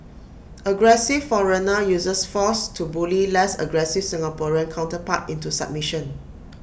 aggressive foreigner uses force to bully less aggressive Singaporean counterpart into submission